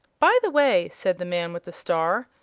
by the way, said the man with the star,